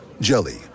Jelly